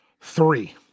Three